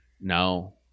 No